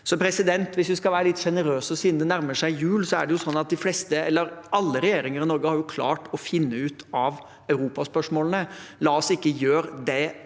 EØS-avtalen. Hvis vi skal være litt sjenerøse, siden det nærmer seg jul, er det sånn at alle regjeringer i Norge har klart å finne ut av Europa-spørsmålene. La oss ikke gjøre den